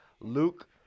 Luke